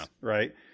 Right